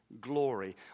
glory